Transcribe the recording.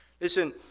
Listen